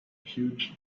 huge